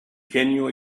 genio